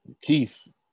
Keith